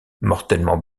mortellement